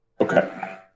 okay